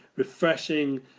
refreshing